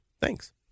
Thanks